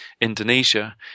Indonesia